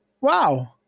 Wow